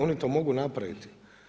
Oni to mogu napraviti.